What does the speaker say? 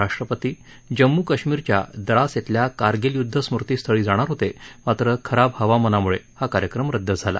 राष्ट्रपती जम्मू कश्मीरच्या द्रास इथल्या कारगिल यूद्ध स्मृति स्थळी जाणार होते मात्र खराब हवामानाम्ळे हा कार्यक्रम रद्द झाला